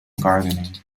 gardening